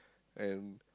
and